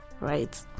right